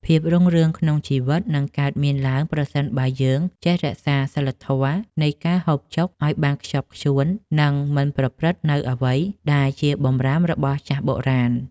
ភាពរុងរឿងក្នុងជីវិតនឹងកើតមានឡើងប្រសិនបើយើងចេះរក្សាសីលធម៌នៃការហូបចុកឱ្យបានខ្ជាប់ខ្ជួន និង មិនប្រព្រឹត្តនូវអ្វីដែលជាបម្រាមរបស់ចាស់បុរាណ។